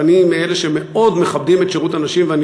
ואני מאלה שמאוד מכבדים את שירות הנשים ואני